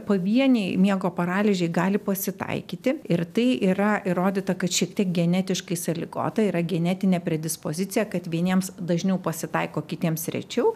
pavieniai miego paralyžiai gali pasitaikyti ir tai yra įrodyta kad šiek tiek genetiškai sąlygota yra genetinė predispozicija kad vieniems dažniau pasitaiko kitiems rečiau